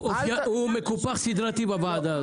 הוא מקופח סדרתי בוועדה הזאת.